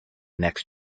next